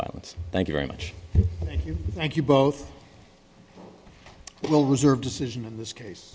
violence thank you very much thank you both will reserve decision in this case